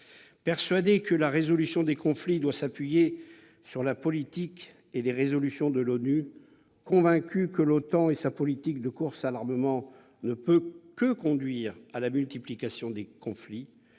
Persuadés que la résolution des conflits doit s'appuyer sur la politique et les résolutions de l'ONU, convaincus que la politique de course à l'armement de l'OTAN ne peut que conduire à la multiplication des conflits,